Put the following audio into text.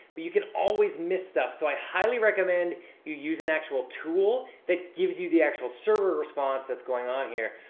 but you can always miss stuff, so i highly recommend you use an actual tool that gives you the actual server response that's going on here.